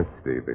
Stevie